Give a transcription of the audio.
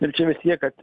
ir čia mes niekad